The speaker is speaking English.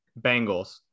Bengals